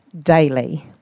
daily